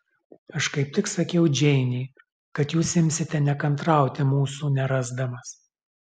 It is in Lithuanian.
aš kaip tik sakiau džeinei kad jūs imsite nekantrauti mūsų nerasdamas